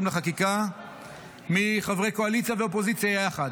לחקיקה מחברי קואליציה ואופוזיציה יחד,